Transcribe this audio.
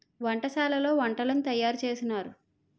వంటశాలలో వంటలను తయారు చేసినారు